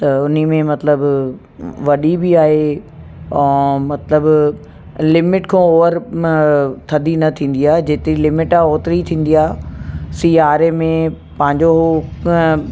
त उन में मतिलबु वॾी बि आहे ऐं मतिलबु लिमिट खां ओवर थधी न थींदी आहे जेतिरी लिमिट आहे ओतिरी ई थींदी आहे सियारे में पंहिंजो